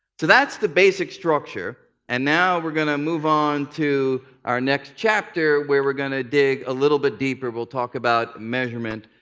that's the basic structure. and now we're going to move on to our next chapter where we're going to dig a little bit deeper. we'll talk about measurement,